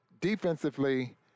Defensively